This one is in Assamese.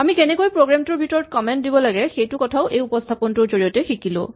আমি কেনেকৈ প্ৰগ্ৰেম টোৰ ভিতৰত কমেন্ট দিব লাগে সেইটো কথাও এই উপস্হাপনটোৰ জৰিয়তে শিকিলো